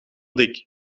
dik